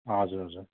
हजुर हजुर